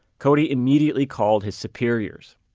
cody immediately called his superiors.